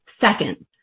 Second